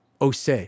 ose